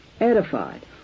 edified